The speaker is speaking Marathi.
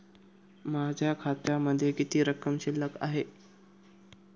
माझ्या खात्यामध्ये किती रक्कम शिल्लक आहे?